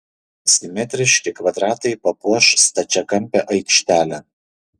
simetriški kvadratai papuoš stačiakampę aikštelę